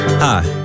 Hi